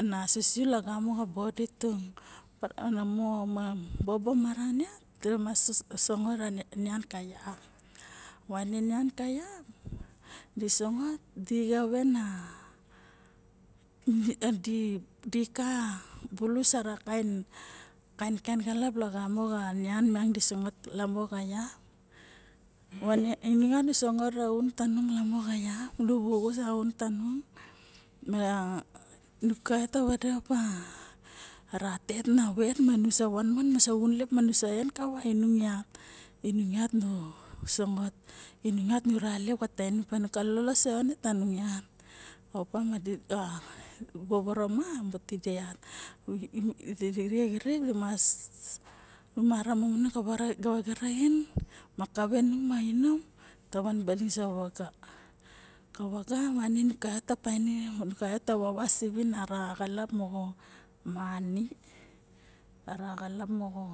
Ana sisiu laga mo balok ka body tung mana bobo maran yat diramas sangot na nian ka yap vane nian ka yap di sangot dixave na di ka bulus a kaen kaen kalap lagamo mam mang oi sangot ka yap vane nung yat nu sangot ka yap vane nung yat nu sangot aun ka yap vane nung ka yap vane vulus aun tanung ma kaiot vede pa ra tet na vet ma nu sa van mon manusa xun lep nusa en kave nung yat nung yat nu sangot nu ra lep na tanim maxa lolos ma kide yat de xiripe nu mara momonong ka vaga raxim ma kave inom van baling vavasiun ara xakap moxo many ara xalap noxo